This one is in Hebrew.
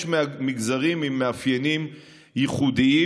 יש מגזרים עם מאפיינים ייחודיים.